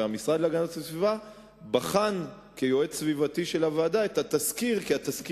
והמשרד להגנת הסביבה בחן את התסקיר כיועץ סביבתי של הוועדה,